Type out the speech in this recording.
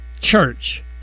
Church